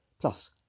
Plus